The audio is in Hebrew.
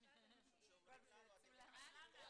קודם כל דובר פה